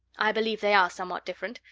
i believe they are somewhat different,